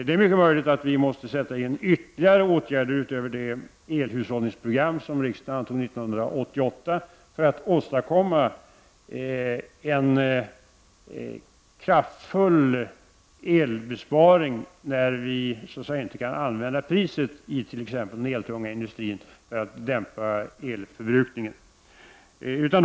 Det är möjligt att vi måste sätta in ytterligare åtgärder, utöver det elhushåll ningsprogram som riksdagen antog 1988, för att åstadkomma en kraftfull elbesparing när vi inte kan använda priset i t.ex. den eltunga industrin för att dämpa elförbrukningen.